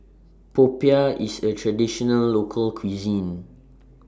Popiah IS A Traditional Local Cuisine